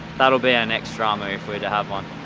that'll be our next drama, if we're to have one.